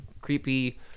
creepy